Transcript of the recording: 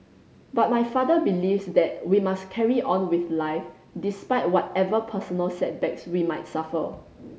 but my father believes that we must carry on with life despite whatever personal setbacks we might suffer